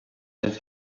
that